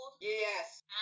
Yes